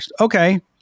Okay